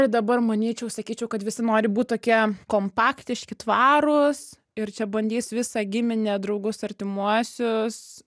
dabar manyčiau sakyčiau kad visi nori būt tokie kompaktiški tvarūs ir čia bandys visą giminę draugus artimuosius